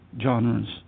genres